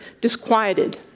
disquieted